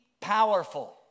powerful